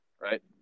right